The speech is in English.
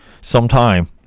sometime